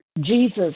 Jesus